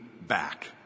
back